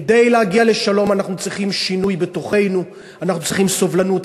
כדי להגיע לשלום אנחנו צריכים שינוי בתוכנו: אנחנו צריכים סובלנות,